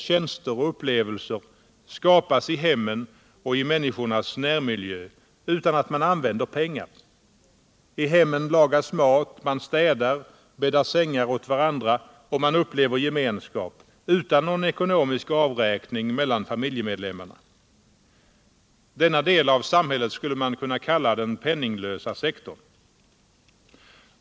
tjänster och upplevolser skapas i hemmen och i människornas närmiljö utan att man använder pengar. I hemmen lagas mat, man städar och bäddar sängar åt varandra och man upplever gemenskap utan någon ekonomisk avräkning mellan familjemedlemmarna. Denna del av samhället skulle man kunna kalla den penninglösa sektorn.